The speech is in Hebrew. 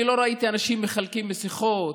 אני לא ראיתי אנשים מחלקים מסכות.